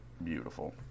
beautiful